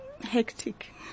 Hectic